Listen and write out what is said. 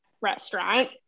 restaurant